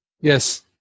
Yes